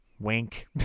wink